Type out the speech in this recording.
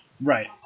Right